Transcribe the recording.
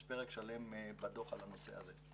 יש פרק שלם בדוח על הנושא הזה.